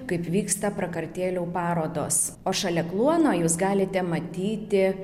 kaip vyksta prakartėlių parodos o šalia kluono jūs galite matyti